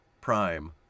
Prime